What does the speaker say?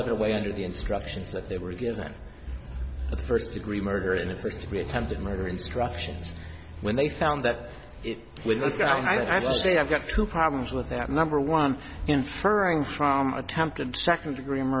other way under the instructions that they were given the first degree murder in the first degree attempted murder instructions when they found that look i have to say i've got two problems with that number one inferring from attempted second degree